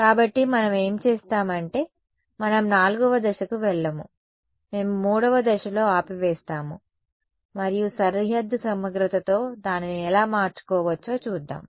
కాబట్టి మనం ఏమి చేస్తాం అంటే మనం 4వ దశకు వెళ్లము మేము 3వ దశలో ఆపి వేస్తాము మరియు సరిహద్దు సమగ్రతతో దానిని ఎలా మార్చుకోవచ్చో చూద్దాం